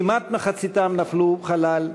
כמעט מחציתם נפלו חלל,